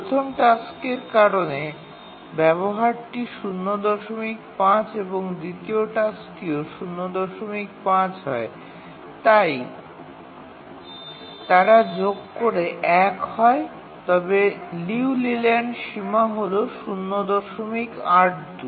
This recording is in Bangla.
প্রথম টাস্কের কারণে ব্যবহারটি ০৫ এবং দ্বিতীয় টাস্কটিও ০৫ হয় এবং তাই তারা যোগ করে ১ হয় তবে লিউ লেল্যান্ড সীমা হল ০৮২